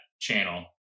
channel